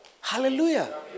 Hallelujah